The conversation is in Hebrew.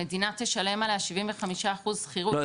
המדינה תשלם עליה 75 אחוז שכירות --- לא,